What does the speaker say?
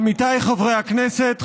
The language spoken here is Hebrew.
עמיתיי חברי הכנסת,